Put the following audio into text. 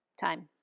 Time